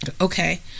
Okay